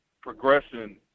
progression